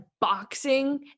boxing